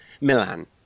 Milan